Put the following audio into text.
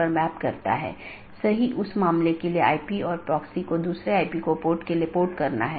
अब एक नया अपडेट है तो इसे एक नया रास्ता खोजना होगा और इसे दूसरों को विज्ञापित करना होगा